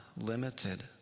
limited